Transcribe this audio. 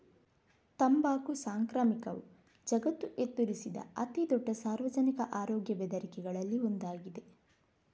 ತಂಬಾಕು ಸಾಂಕ್ರಾಮಿಕವು ಜಗತ್ತು ಎದುರಿಸಿದ ಅತಿ ದೊಡ್ಡ ಸಾರ್ವಜನಿಕ ಆರೋಗ್ಯ ಬೆದರಿಕೆಗಳಲ್ಲಿ ಒಂದಾಗಿದೆ